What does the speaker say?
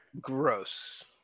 Gross